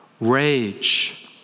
rage